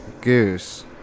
Goose